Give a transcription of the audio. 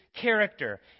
character